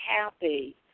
happy